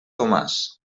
tomàs